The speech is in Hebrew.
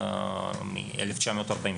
מ-1943,